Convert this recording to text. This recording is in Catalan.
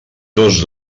tots